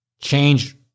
change